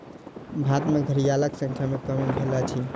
भारत में घड़ियालक संख्या में कमी भेल अछि